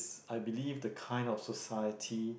I believe the kind of society